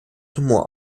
tumor